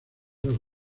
dos